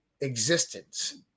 existence